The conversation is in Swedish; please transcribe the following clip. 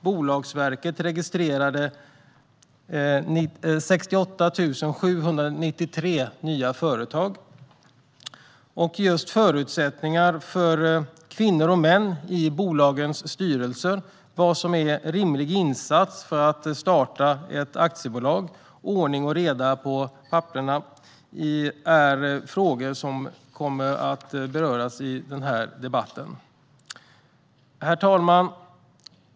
Bolagsverket registrerade 68 793 nya företag. Förutsättningar för kvinnor och män i bolagens styrelser, vad som är rimlig insats för att starta ett aktiebolag och ordning och reda på papperen är frågor som kommer att beröras i denna debatt. Herr talman!